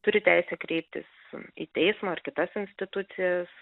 turi teisę kreiptis į teismą ar kitas institucijas